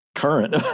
Current